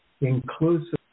inclusive